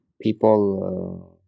people